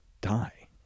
die